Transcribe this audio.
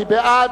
מי בעד?